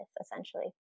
essentially